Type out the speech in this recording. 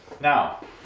Now